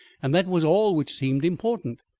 and that was all which seemed important.